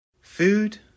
Food